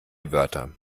wörter